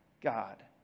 God